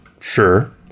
sure